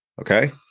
Okay